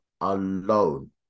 alone